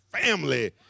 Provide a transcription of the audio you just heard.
family